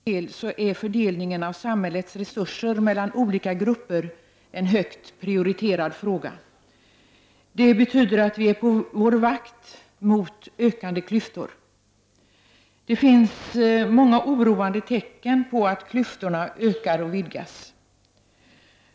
Herr talman! Det grundläggande för det goda samhället måste vara att välfärden fördelas på ett rättvist sätt. För centerns del är fördelningen av samhällets resurser mellan olika grupper en högt prioriterad fråga. Det betyder att vi är på vår vakt mot ökande klyftor. Det finns många oroande tecken på att klyftorna ökar och vidgas.